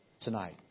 tonight